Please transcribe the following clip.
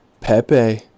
Pepe